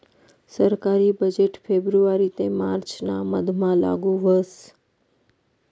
सरकारी बजेट फेब्रुवारी ते मार्च ना मधमा लागू व्हस